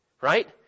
right